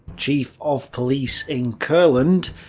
chief of police in courland,